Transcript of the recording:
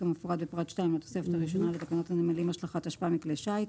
כמפורט בפרט (2) לתוספת הראשונה לתקנות הנמלים השלכת אשפה מכלי שיט.